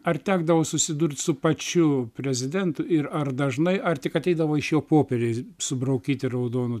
ar tekdavo susidurt su pačiu prezidentu ir ar dažnai ar tik ateidavo iš jo popieriais subraukyti raudonu